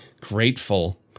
grateful